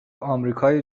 آمریکای